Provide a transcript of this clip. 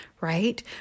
right